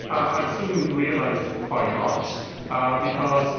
i soon realised why not because,